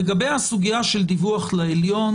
לגבי הסוגיה של דיווח לעליון